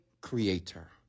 creator